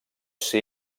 ser